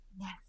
Yes